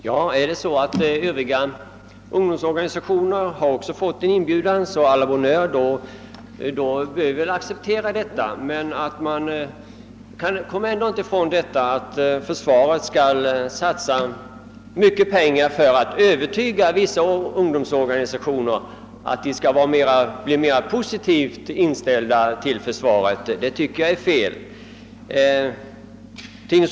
Herr talman! Har övriga ungdomsorganisationer också fått en inbjudan så å la bonne heure, får vi väl acceptera detta. Man kommer dock inte ifrån att försvaret satsar mycket pengar för att göra vissa ungdomsorganisationer mer positivt inställda till försvaret, och det tycker jag är fel.